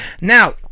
Now